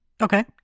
Okay